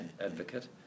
advocate